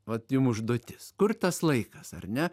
vat jum užduotis kur tas laikas ar ne